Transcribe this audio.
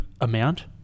amount